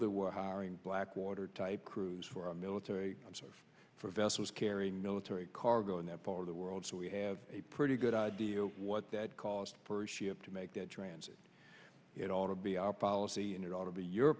there were hiring blackwater type crews for our military i'm sorry for vessels carrying military cargo in that part of the world so we have a pretty good idea of what that cost per ship to make that transit it ought to be our policy and it ought to be your